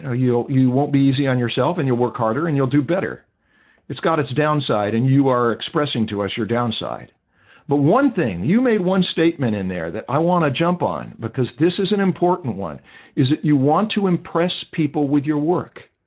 ah you you won't be easy on yourself and your work harder and you'll do better it's got its downside and you are expressing to us your downside but one thing you made one statement in there that i want to jump on because this is an important one is that you want to impress people with your work?